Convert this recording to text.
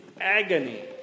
agony